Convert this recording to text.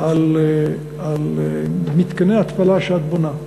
על מתקני התפלה שאת בונה,